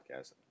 podcast